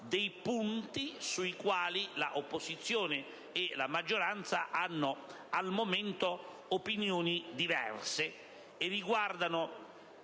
dei punti sui quali l'opposizione e la maggioranza hanno al momento opinioni diverse. Essi riguardano